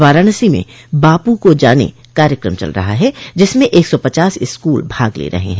वाराणसी में बापू को जाने कार्यक्रम चल रहा है जिसमें एक सौ पचास स्कूल भाग ले रहे हैं